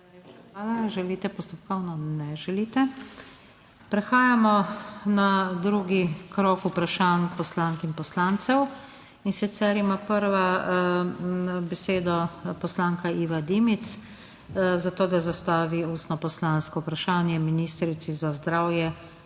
hvala. Želite postopkovno? Ne želite. Prehajamo na drugi krog vprašanj poslank in poslancev, in sicer ima prva besedo poslanka Iva Dimic, zato da zastavi ustno poslansko vprašanje ministrici za zdravje,